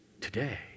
today